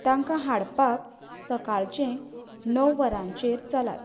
तांकां हाडपाक सकाळचें णव वरांचेर चलात